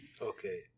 Okay